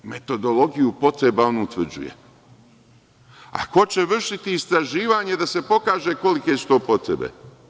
Metodologiju potreba on utvrđuje, a ko će vršiti istraživanje da se pokaže kolike su to potrebe?